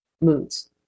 moods